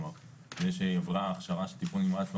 כלומר זה שהיא עברה הכשרה של טיפול נמרץ לא